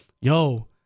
yo